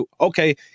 okay